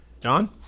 John